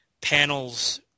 panels